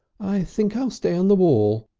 i think i'll stay on the wall,